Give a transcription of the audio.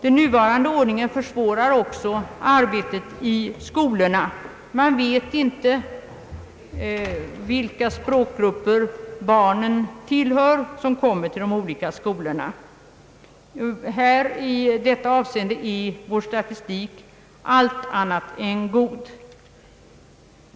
Den nuvarande ordningen försvårar också arbetet i skolorna. Man vet inte vilken språkgrupp barnen tillhör när de kommer till de olika skolorna. I detta och andra avseenden är vår statistik allt annat än god.